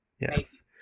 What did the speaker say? Yes